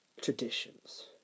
traditions